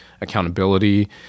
accountability